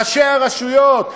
ראשי הרשויות,